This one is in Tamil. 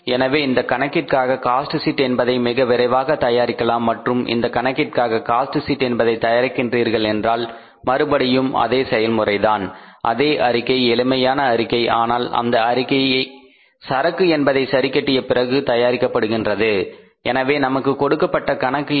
எனவே இந்த கணக்கிற்காக காஸ்ட் ஷீட் என்பதை மிக விரைவாக தயாரிக்கலாம் மற்றும் இந்த கணக்கிற்காக காஸ்ட் ஷீட் என்பதை தயாரிக்கின்றீர்கள் என்றால் மறுபடியும் அதே செயல்முறைதான் அதே அறிக்கை எளிமையான அறிக்கை ஆனால் அந்த அறிக்கை சரக்கு என்பதை சரி கட்டிய பிறகு தயாரிக்கப்படுகின்றது எனவே நமக்கு கொடுக்கப்பட்ட கணக்கு என்ன